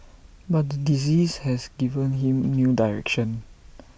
but the disease has given him new direction